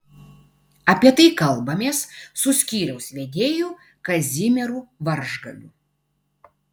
apie tai kalbamės su skyriaus vedėju kazimieru varžgaliu